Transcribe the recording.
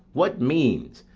what means,